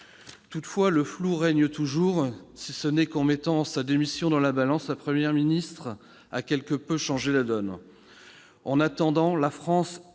Toutefois, le flou règne toujours, si ce n'est qu'en mettant sa démission dans la balance la Première ministre a quelque peu changé la donne. En attendant, la France